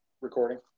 recording